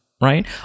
right